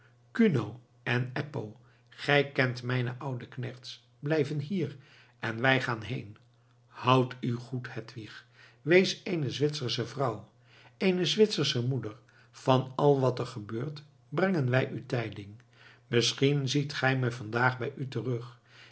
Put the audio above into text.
kuno en eppo gij kent mijne oude knechts blijven hier en wij gaan heen houd u goed hedwig wees eene zwitsersche vrouw eene zwitsersche moeder van al wat er gebeurt brengen wij u tijding misschien ziet ge mij vandaag bij u terug